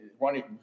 Ronnie